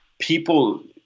People